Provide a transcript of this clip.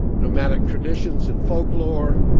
nomadic traditions and folklore,